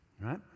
right